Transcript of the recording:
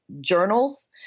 journals